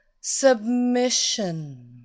Submission